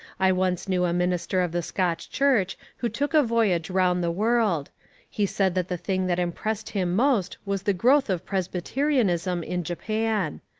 i once knew a minister of the scotch church who took a voyage round the world he said that the thing that impressed him most was the growth of presbyterianism in japan.